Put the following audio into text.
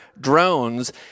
drones